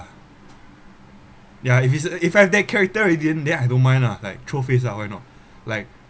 yeah if is a if I have that character already then then I don't mind lah like throw face lah why not like